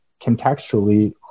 contextually